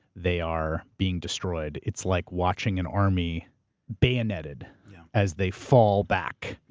they are being destroyed, it's like watching an army bayoneted as they fall back.